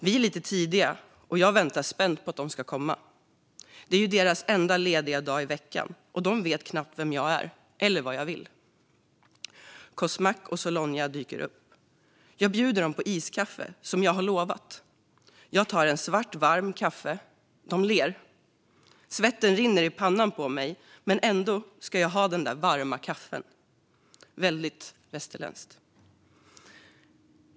Vi är lite tidiga, och jag väntar spänt på att de ska komma. Det är ju deras enda lediga dag i veckan, och de vet knappt vem jag är eller vad jag vill. Kosmak och Solyna dyker upp. Jag bjuder dem på iskaffe, som jag har lovat. Jag tar en svart varm kaffe, och de ler. Svetten rinner i pannan på mig, men ändå ska jag ha det där varma kaffet - väldigt västerländskt.